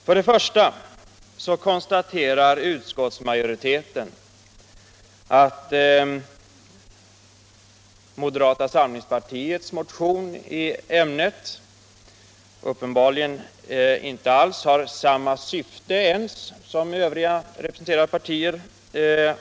Först och främst konstaterar utskottsmajoriteten att moderata samlingspartiets motion i ämnet uppenbarligen inte ens har samma syfte som motionerna från övriga partier.